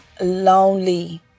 lonely